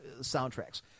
soundtracks